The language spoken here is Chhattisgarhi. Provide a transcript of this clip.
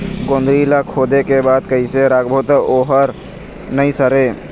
गोंदली ला खोदे के बाद कइसे राखबो त ओहर नई सरे?